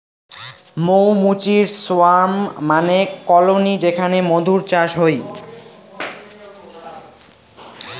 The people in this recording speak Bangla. মৌ মুচির সোয়ার্ম মানে কলোনি যেখানে মধুর চাষ হই